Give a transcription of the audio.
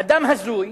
אדם הזוי